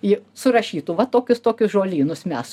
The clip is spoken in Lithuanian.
ji surašytų va tokius tokius žolynus mes